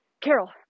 Carol